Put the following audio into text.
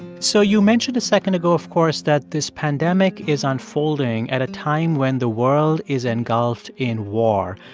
so you mentioned a second ago, of course, that this pandemic is unfolding at a time when the world is engulfed in war.